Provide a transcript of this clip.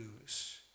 lose